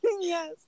yes